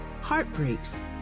heartbreaks